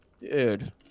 dude